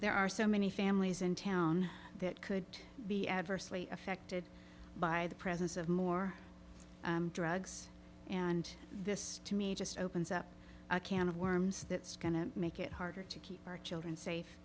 there are so many families in town that could be adversely affected by the presence of more drugs and this to me just opens up a can of worms that's going to make it harder to keep our children safe